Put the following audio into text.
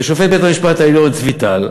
ושופט בית-המשפט העליון צבי טל,